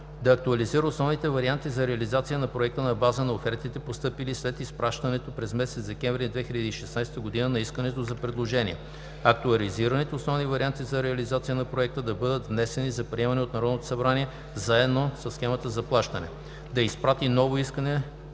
Да актуализира основните варианти за реализация на проекта на база на офертите, постъпили след изпращането през месец декември 2016 г. на Искане за предложение. Актуализираните основни варианти за реализация на проекта да бъдат внесени за приемане от Народното събрание заедно със схемата на плащане. 3. Да изпрати отново Искане